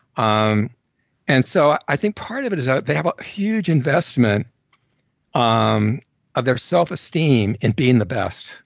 um and so, i think part of it is that they have a huge investment ah um of their self-esteem in being the best,